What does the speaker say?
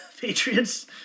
Patriots